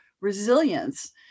resilience